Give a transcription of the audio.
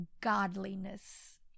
godliness